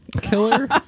killer